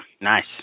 nice